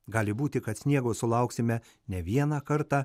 gali būti kad sniego sulauksime ne vieną kartą